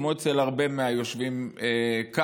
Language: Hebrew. כמו אצל הרבה מהיושבים כאן,